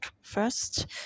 first